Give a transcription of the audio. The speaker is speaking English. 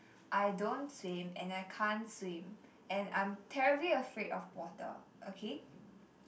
I don't swim and I can't swim and I'm terribly afraid of water okay